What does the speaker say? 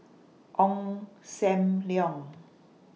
Ong SAM Leong